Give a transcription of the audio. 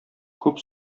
күп